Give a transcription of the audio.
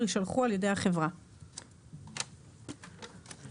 איזה חריגים יכולים להיות?